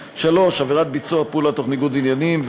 3. עבירת ביצוע פעולה תוך ניגוד עניינים,